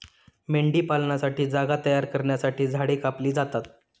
मेंढीपालनासाठी जागा तयार करण्यासाठी झाडे कापली जातात